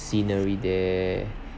scenery there